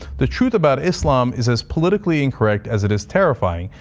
the truth about islam is as politically incorrect as it is terrifying.